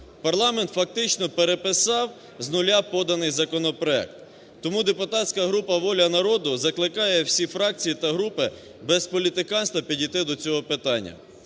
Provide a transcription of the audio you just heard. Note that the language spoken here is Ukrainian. Парламент фактично переписав з нуля поданий законопроект. Тому депутатська група "Воля народу" закликає всі фракції та групи без політиканства підійти до цього питання.